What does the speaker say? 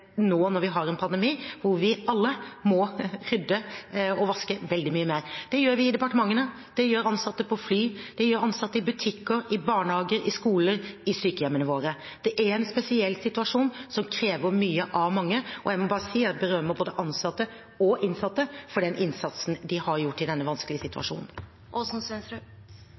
nå når vi har en pandemi hvor vi alle må rydde og vaske veldig mye mer. Det gjør vi i departementene. Det gjør ansatte på fly. Det gjør ansatte i butikker, i barnehager, i skoler, i sykehjemmene våre. Det er en spesiell situasjon som krever mye av mange, og jeg må bare si at jeg berømmer både ansatte og innsatte for den innsatsen de har gjort i denne vanskelige situasjonen.